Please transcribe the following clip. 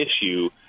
issue